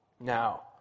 Now